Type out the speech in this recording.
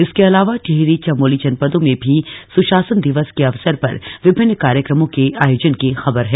इसके अलावा टिहरी चमोली जनपदों में भी सुशासन दिवस के अवसर पर विभिन्न कार्यकमों के आयोजन की खबर है